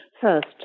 first